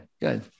good